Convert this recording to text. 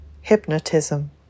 hypnotism